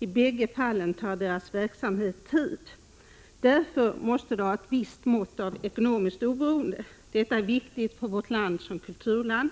I bägge fallen tar deras verksamhet tid. Därför måste de ha ett visst mått av ekonomiskt oberoende. Detta är viktigt för vårt land som kulturland.